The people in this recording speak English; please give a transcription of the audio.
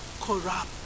corrupt